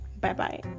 Bye-bye